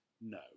No